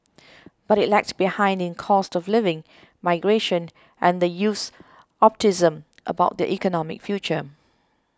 but it lagged behind in cost of living migration and the youth's optimism about their economic future